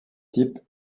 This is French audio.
type